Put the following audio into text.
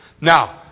Now